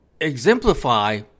exemplify